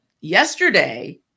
yesterday